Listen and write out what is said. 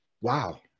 wow